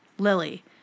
Lily